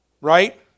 right